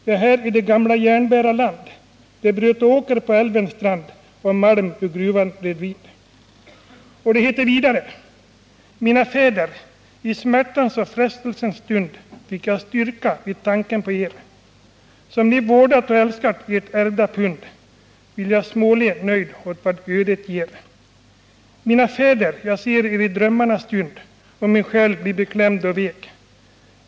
Ja här i det gamla Järnbärarland Det heter vidare: ”Mina fäder! I smärtans och frestelsens stund fick jag styrka vid tanken på er som ni vårdat och älskat ert ärvda pund, vill jag småle nöjd åt vad ödet ger — Mina fäder, jag ser er i drömmarnas stund och min själ blir beklämd 'och vek.